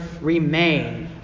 remain